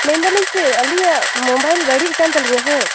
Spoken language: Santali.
ᱢᱮᱱ ᱫᱟᱞᱤᱧ ᱪᱮᱫ ᱟᱹᱞᱤᱧᱟᱜ ᱢᱳᱵᱟᱭᱤᱞ ᱵᱟᱹᱲᱤᱡ ᱟᱠᱟᱱ ᱛᱟᱹᱞᱤᱧᱟ ᱦᱮᱸ